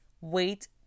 wait